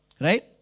right